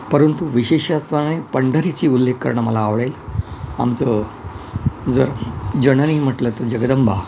परंतु विशेषत्वाने पंढरीची उल्लेख करणं मला आवडेल आमचं जर जननी म्हटलं तर जगदंबा